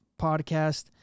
podcast